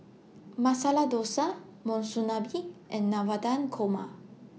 Masala Dosa Monsunabe and Navratan Korma